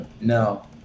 no